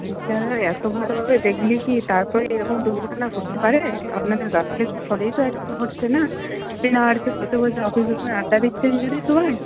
সিস্টাররা এত ভালোভাবে দেখলে কি তারপরে এরকম দুর্ঘটনা ঘটতে পারে আপনাদের গাফিলতির ফলেই তো আজকে ঘটছে না আপনি না বসে বসে অফিস রুমে আড্ডা দিচ্ছেন ডিউটির সময়